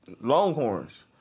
Longhorn's